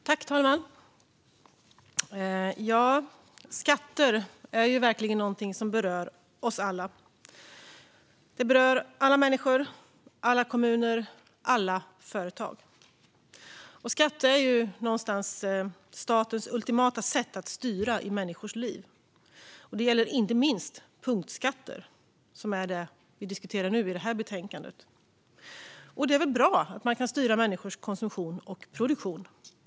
Fru talman! Skatter är verkligen någonting som berör oss alla. De berör alla människor, alla kommuner och alla företag. Skatt är någonstans statens ultimata sätt att styra i människors liv. Det gäller inte minst punktskatter, som är det vi diskuterar i samband med det här betänkandet. Det är väl bra att man kan styra människors konsumtion och produktion.